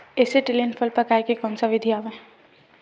Acetylene फल पकाय के कोन सा विधि आवे?